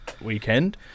weekend